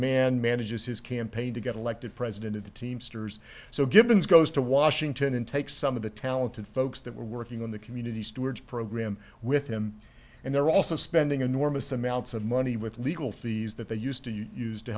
man manages his campaign to get elected president of the teamsters so givens goes to washington and takes some of the talented folks that were working on the community stewards program with him and they're also spending enormous amounts of money with legal fees that they used to you used to